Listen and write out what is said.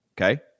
okay